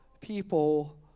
people